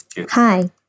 hi